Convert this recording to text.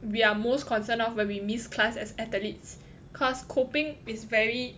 we are most concerned of what we miss class as athletes because coping is very